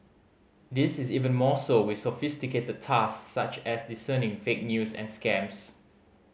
this is even more so with sophisticated tasks such as discerning fake news and scams